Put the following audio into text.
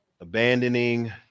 abandoning